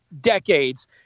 decades